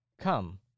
Come